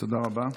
תודה רבה.